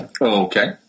Okay